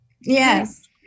yes